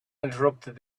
interrupted